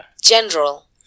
General